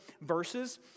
verses